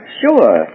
sure